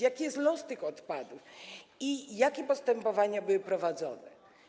Jaki jest los tych odpadów i jakie postępowania były prowadzone?